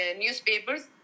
newspapers